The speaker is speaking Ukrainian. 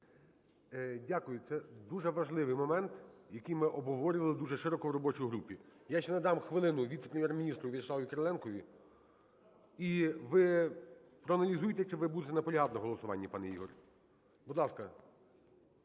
Дякую. Це дуже важливий момент, який ми обговорювали дуже широко в робочій групі. Я ще надам хвилину віце-прем'єр-міністру В'ячеславу Кириленкові. І ви проаналізуйте, чи ви будете наполягати на голосуванні, пане Ігор. Будь ласка.